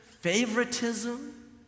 favoritism